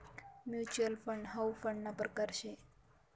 mutual fund हाउ फंडना परकार शे